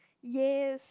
yes